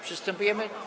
Przystępujemy.